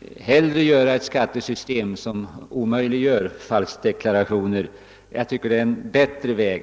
i sådana avseenden. Vi bör hellre konstruera ett skattesystem som omöjliggör falskdeklarationer. Det är en bättre väg.